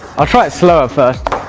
i'll try it slower first.